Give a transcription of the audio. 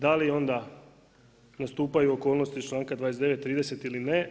Da li onda nastupaju okolnosti iz članka 29., 30. ili ne?